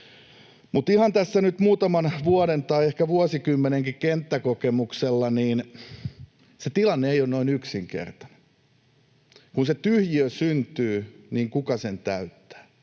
Mutta ihan tässä nyt muutaman vuoden, tai ehkä vuosikymmenenkin, kenttäkokemuksella se tilanne ei ole noin yksinkertainen. Kun se tyhjiö syntyy, niin kuka sen täyttää?